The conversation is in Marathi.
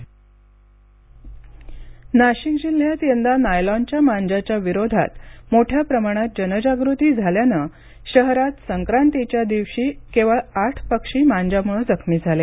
मांजा नाशिक नाशिक जिल्ह्यात यंदा नायलॉनच्या मांजाच्या विरोधात मोठ्या प्रमाणात जनजागृती झाल्याने शहरात संक्रांतीच्या दिवशी केवळ आठ पक्षी मांजामुळे जखमी झाले